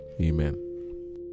amen